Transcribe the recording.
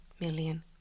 million